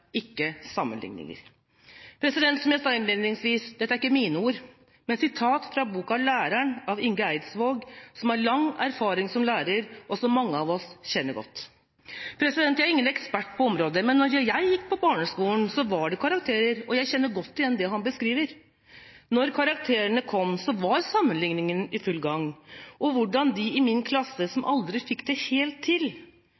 ikke sammenligning.» Som jeg sa innledningsvis, er ikke dette mine ord, men et sitat fra boka Læreren av Inge Eidsvåg, som har lang erfaring som lærer, og som mange av oss kjenner godt. Jeg er ingen ekspert på området, men da jeg gikk på barneskolen, var det karakterer, og jeg kjenner godt igjen det han beskriver. Da karakterene kom, var sammenligningen i full gang, og hvordan de i min klasse som